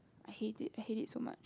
I hate it I hate it so much